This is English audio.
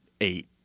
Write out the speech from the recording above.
eight